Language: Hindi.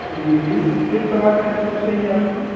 जी जी किस तरह का हेयर स्टाइल चाहिए आपको